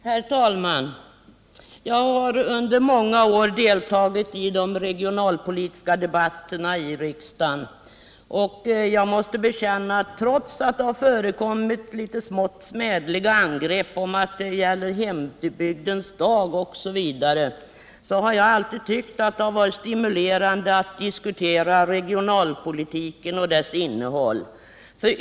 Herr talman! Jag har under många år deltagit i de regionalpolitiska debatterna i riksdagen, och jag måste bekänna att jag, trots att det förekommit smått smädliga angrepp såsom att debatten gäller Hembygdens dag osv., alltid har tyckt att det varit stimulerande att diskutera regionalpolitiken och dess innehåll.